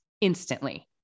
instantly